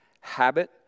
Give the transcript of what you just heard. habit